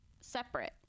separate